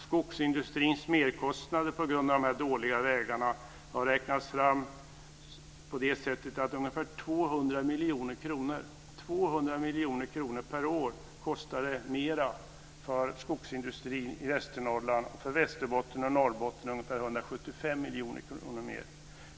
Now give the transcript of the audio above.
Skogsindustrins merkostnader på grund av de dåliga vägarna har beräknats till ungefär 200 miljoner kronor per år. Det kostar 200 miljoner kronor mer för skogsindustrin i Västernorrland. I Västerbotten och Norrbotten kostar det ungefär 175 miljoner kronor mer.